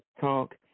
talk